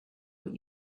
what